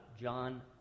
John